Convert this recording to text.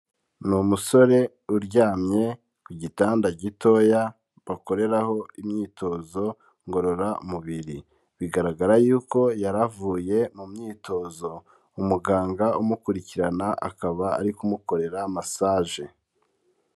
Ni umusore uryamye ku gitanda gitoya bakoreraho imyitozo ngororamubiri, bigaragara yuko yari avuye mu myitozo umuganga umukurikirana akaba ari kumukorera masaje.